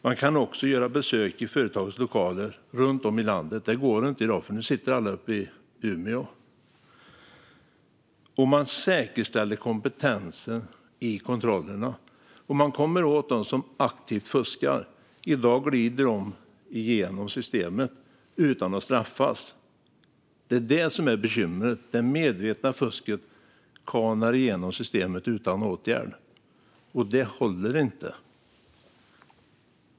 Man kan också göra besök i företagens lokaler runt om i landet. Det går inte i dag, för nu sitter alla uppe i Umeå. En annan sak är att man säkerställer kompetensen i kontrollerna, och man kommer åt dem som aktivt fuskar. I dag glider de igenom systemet utan att straffas. Det är det som är bekymret. Det medvetna fusket kanar igenom systemet utan åtgärd. Det håller inte.